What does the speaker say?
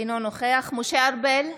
אינו נוכח משה ארבל,